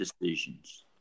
decisions